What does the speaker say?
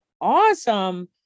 Awesome